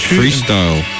Freestyle